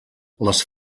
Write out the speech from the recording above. les